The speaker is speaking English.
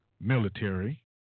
military